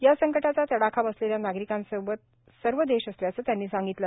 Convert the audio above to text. या संकटाचा तडाखा बसलेल्या नागरिकांसोबत सर्व देश असल्याचं त्यांनी सांगितलं